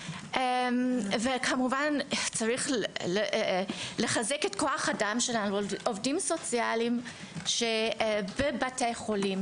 כמובן שצריך לחזק את כוח האדם של העובדים הסוציאליים בבתי החולים,